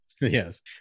Yes